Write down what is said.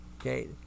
Okay